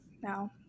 No